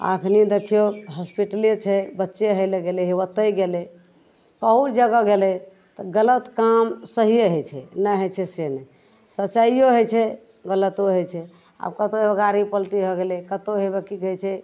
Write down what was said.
आओर एखन देखिऔ हॉस्पिटले छै बच्चे होइ ले गेलै हे ओतए गेलै बहुत जगह गेलै तऽ गलत काम सहिए होइ छै नहि होइ छै से नहि सच्चाइओ होइ छै गलतो होइ छै आब कतहु गाड़ी पलटी हो गेलै कतहु हेबे कि कहै छै